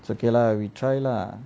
it's okay lah we try lah